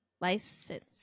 license